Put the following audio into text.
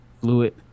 fluid